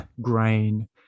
grain